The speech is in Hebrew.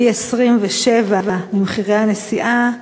פי-27 ממחיר הנסיעה,